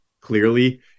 clearly